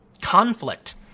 conflict